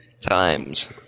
times